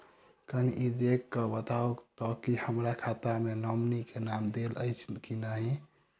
कनि ई देख कऽ बताऊ तऽ की हमरा खाता मे नॉमनी केँ नाम देल अछि की नहि?